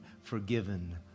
forgiven